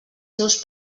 seus